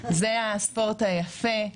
זה הספורט היפה.